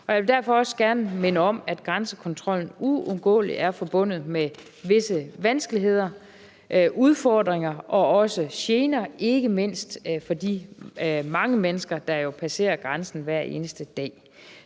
år. Jeg vil derfor også gerne minde om, at grænsekontrollen uundgåeligt er forbundet med visse vanskeligheder, udfordringer og også gener, ikke mindst for de mange mennesker, der passerer grænsen hver eneste dag.